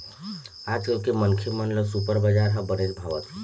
आजकाल के मनखे मन ल सुपर बजार ह बनेच भावत हे